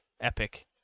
epic